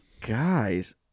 Guys